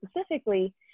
specifically